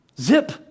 Zip